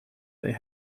they